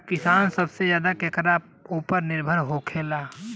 किसान सबसे ज्यादा केकरा ऊपर निर्भर होखेला?